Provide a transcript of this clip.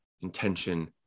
intention